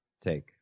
take